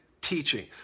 teaching